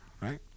Right